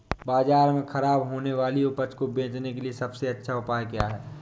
बाज़ार में खराब होने वाली उपज को बेचने के लिए सबसे अच्छा उपाय क्या हैं?